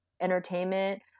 entertainment